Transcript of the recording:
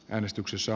käynnistyksessä